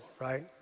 right